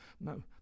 no